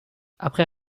après